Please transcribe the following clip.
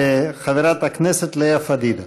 חברת הכנסת לאה פדידה.